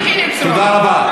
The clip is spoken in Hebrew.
תודה רבה,